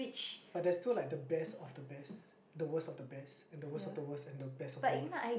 but there's still like the best of the best the worst of the best and the worst of the worst and the best of the worst